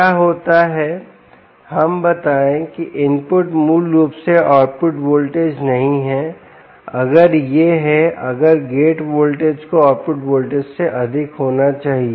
क्या होता है हम बताएं कि इनपुट मूल रूप से आउटपुट वोल्टेज नहीं है अगर यह है अगर गेट वोल्टेज को आउटपुट वोल्टेज से अधिक होना चाहिए